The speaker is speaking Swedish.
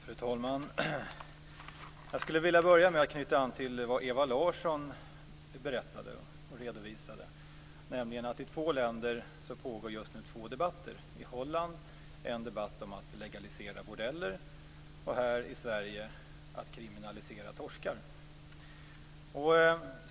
Fru talman! Jag skulle vilja börja med att knyta an till vad Ewa Larsson berättade och redovisade, nämligen att det i två länder just nu pågår två debatter. Det är en debatt i Holland om att legalisera bordeller, och det är en debatt här i Sverige om att kriminalisera "torskar".